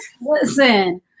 Listen